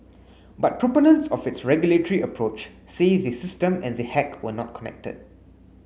but proponents of its regulatory approach say the system and the hack were not connected